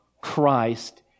Christ